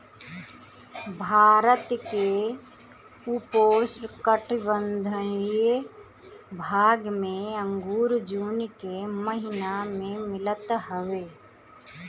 भारत के उपोष्णकटिबंधीय भाग में अंगूर जून के महिना में मिलत हवे